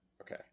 Okay